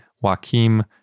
Joaquim